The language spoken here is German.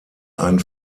ein